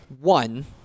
one